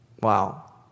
Wow